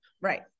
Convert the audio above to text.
Right